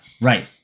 Right